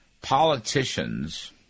politicians